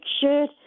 shirt